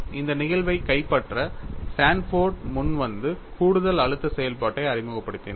இந்த நிகழ்வை கைப்பற்ற சான்போர்ட் முன் வந்து கூடுதல் அழுத்த செயல்பாட்டை அறிமுகப்படுத்தினார்